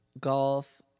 golf